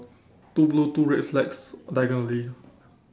two blue two red flags diagonally